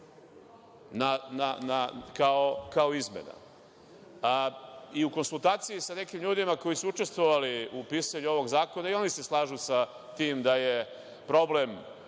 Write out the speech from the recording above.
kao izmena.U konsultaciji sa nekim ljudima koji su učestvovali u pisanju ovog zakona, i oni se slažu sa tim da je problem